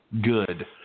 Good